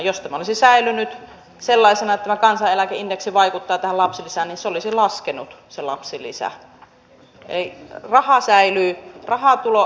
jos tämä olisi säilynyt sellaisena että tämä kansaneläkeindeksi vaikuttaa tähän lapsilisään niin se lapsilisä olisi laskenut ja lapsilisää ei raha säilyy rahan tuloon